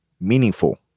meaningful